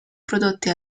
prodotti